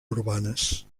urbanes